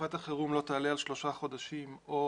ושתקופת החירום לא תעלה על שלושה חודשים או